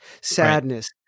Sadness